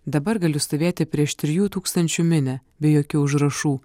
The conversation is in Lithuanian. dabar galiu stovėti prieš trijų tūkstančių minią be jokių užrašų